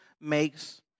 makes